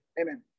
amen